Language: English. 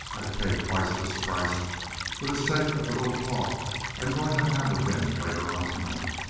i'd pay twice this price for the sake of the little talk i'm going to have with him later on tonight.